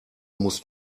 musst